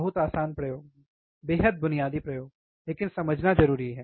बहुत आसान प्रयोग बेहद बुनियादी प्रयोग लेकिन समझना जरूरी है